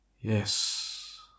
Yes